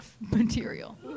material